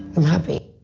i'm happy.